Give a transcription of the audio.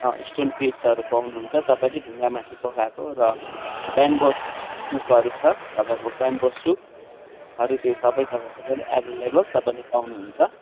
stone फिसहरू पाउनुहुन्छ तपाईँले ढुङ्गा माथि पकाएको र बेम्बो कुकहरू छ तपाईँको बेम्बो सुपहरू सबै तपाईँलाई एभाइलेबल तपाईँले पाउनुहुन्छ